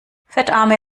fettarme